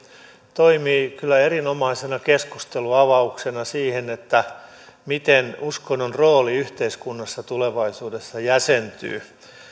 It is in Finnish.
toimii kyllä erinomaisena keskustelunavauksena siihen miten uskonnon rooli yhteiskunnassa tulevaisuudessa jäsentyy